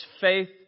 faith